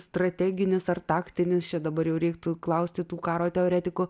strateginis ar taktinis čia dabar jau reiktų klausti tų karo teoretikų